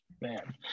man